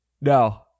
No